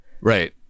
Right